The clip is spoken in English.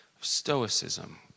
Stoicism